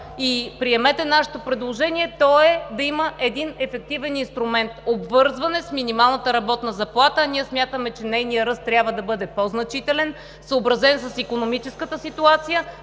Приемете нашето предложение, а то е да има един ефективен инструмент – обвързване с минималната работна заплата. Ние смятаме, че нейният ръст трябва да бъде по-значителен, съобразен с икономическата ситуация